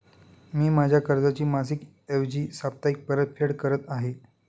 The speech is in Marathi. मी माझ्या कर्जाची मासिक ऐवजी साप्ताहिक परतफेड करत आहे